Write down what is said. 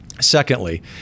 Secondly